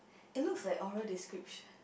it looks like oral description